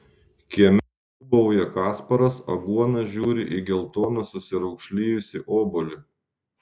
kieme ūbauja kasparas aguona žiūri į geltoną susiraukšlėjusį obuolį